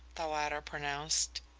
the latter pronounced.